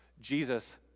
Jesus